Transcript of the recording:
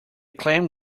clan